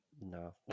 no